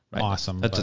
awesome